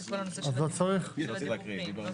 לא צריך להקריא.